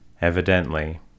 Evidently